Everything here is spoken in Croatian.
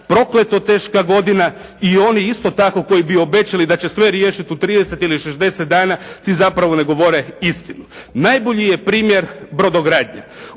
prokleto teška godina i oni isto tako koji bi obećali da će sve riješiti u 30 ili 60 dana, ti zapravo ne govore istinu. Najbolji je primjer brodogradnja.